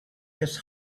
his